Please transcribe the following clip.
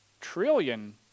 trillion